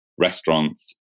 restaurants